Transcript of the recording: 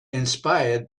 inspired